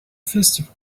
festival